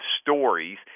stories